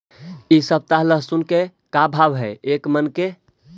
इ सप्ताह लहसुन के का भाव है एक मन के?